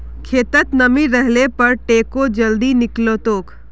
खेतत नमी रहले पर टेको जल्दी निकलतोक